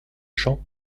champs